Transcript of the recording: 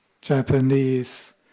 Japanese